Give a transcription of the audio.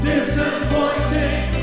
Disappointing